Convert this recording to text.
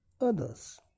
Others